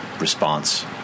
response